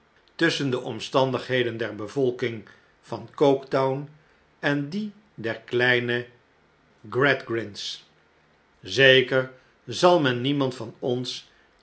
tusschen de omstandigheden der bevolking van coketown en die der kleine gradgrind's zekerlijk zal men niemand van ons